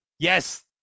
Yes